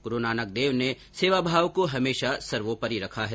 गुरूनानक देव ने सेवा भाव को हमेशा सर्वोपरी रखा है